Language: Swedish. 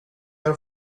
har